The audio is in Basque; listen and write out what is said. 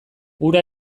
hura